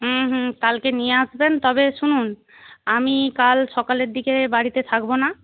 কালকে নিয়ে আসবেন তবে শুনুন আমি কাল সকালের দিকে বাড়িতে থাকব না